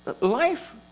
Life